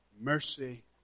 mercy